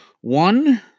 One